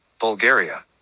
Bulgaria